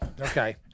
Okay